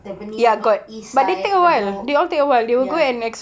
tampines north east side bedok ya